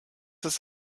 ist